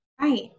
Right